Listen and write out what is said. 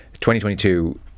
2022